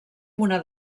una